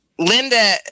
Linda